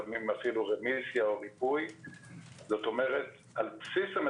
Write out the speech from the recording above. דיברו רופאים לפני כן אנחנו רוצים לראות